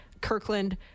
Kirkland